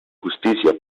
justicia